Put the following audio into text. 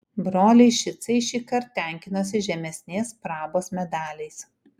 broliai šicai šįkart tenkinosi žemesnės prabos medaliais